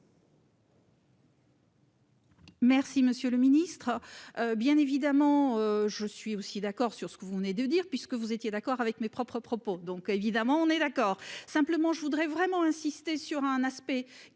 Merci, monsieur le Ministre. Bien évidemment, je suis aussi d'accord sur ce que vous venez de dire, puisque vous étiez d'accord avec mes propres propos donc évidemment on est d'accord. Simplement je voudrais vraiment insister sur un aspect